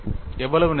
எவ்வளவு நெருக்கமாக